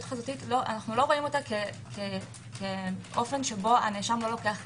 חזותית לא באופן שבו הנאשם לא לוקח חלק.